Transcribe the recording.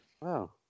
Wow